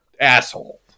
asshole